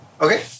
Okay